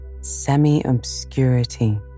semi-obscurity